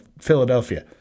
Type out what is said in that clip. Philadelphia